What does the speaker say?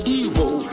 evil